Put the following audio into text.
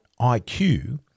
IQ